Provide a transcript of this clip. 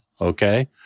okay